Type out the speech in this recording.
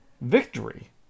Victory